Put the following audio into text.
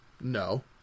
no